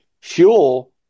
fuel